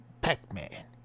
Pac-Man